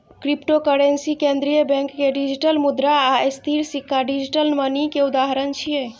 cryptocurrency, केंद्रीय bank के digital मुद्रा आ स्थिर सिक्का डिजिटल मनी के उदाहरण छियै